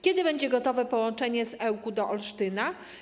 Kiedy będzie gotowe połączenie z Ełku do Olsztyna?